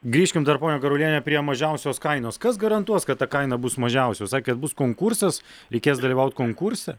grįžkim dar ponia grudiene prie mažiausios kainos kas garantuos kad ta kaina bus mažiausia jūs sakėt bus konkursas reikės dalyvaut konkurse